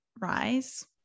rise